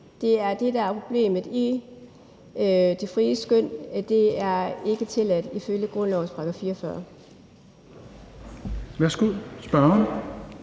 Det er det, der er problemet i det frie skøn, altså at det ikke er tilladt ifølge grundlovens § 44.